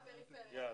טוב,